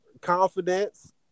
Confidence